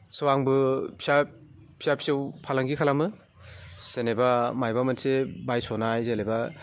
स' आंबो फिसा फिसा फिसौ फालांगि खालामो जेनेबा माबा मोनसे बायस'नाय जेनेबा